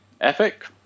epic